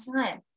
time